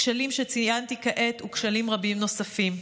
כשלים שציינתי כעת וכשלים רבים נוספים.